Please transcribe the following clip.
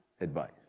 advice